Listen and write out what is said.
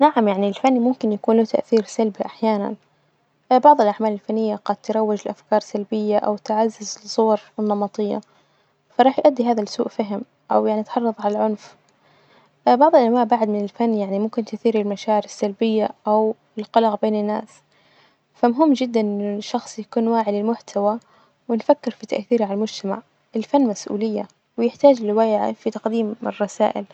نعم يعني الفن ممكن يكون له تأثير سلبي أحيانا، بعض الأعمال الفنية قد تروج لأفكار سلبية أو تعزز لصور نمطية، فراح يؤدي هذا لسوء فهم أو يعني تحرض على العنف، بعض العلماء بعد من الفن يعني ممكن تثير المشاعر السلبية أو القلق بين الناس، فمهم جدا إنه الشخص يكون واعي للمحتوى ونفكر في تأثيره على المجتمع، الفن مسؤولية ويحتاج لوعي في تقديم الرسائل.